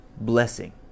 blessing